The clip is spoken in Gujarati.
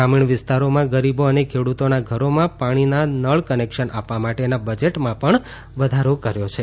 ગ્રામીણ વિસ્તારોમાં ગરીબો અને ખેડૂતોના ઘરોમાં પાણીના નળ કનેક્શન આપવા માટેના બજેટમાં પણ વધારો કર્યો છે